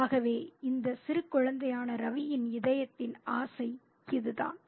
ஆகவே இந்த சிறு குழந்தையான ரவியின் இதயத்தின் ஆசை இதுதான்